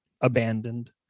abandoned